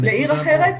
לעיר אחרת,